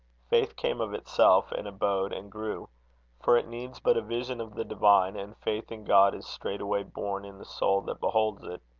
faith came of itself, and abode, and grew for it needs but a vision of the divine, and faith in god is straightway born in the soul that beholds it.